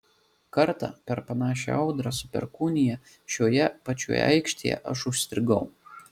kartą per panašią audrą su perkūnija šioje pačioje aikštėje aš užstrigau